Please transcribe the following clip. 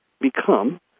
become